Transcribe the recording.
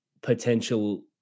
potential